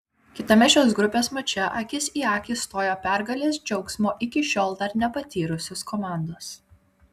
kitame šios grupės mače akis į akį stojo pergalės džiaugsmo iki šiol dar nepatyrusios komandos